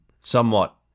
somewhat